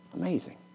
Amazing